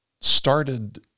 started